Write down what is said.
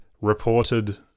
reported